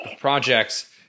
projects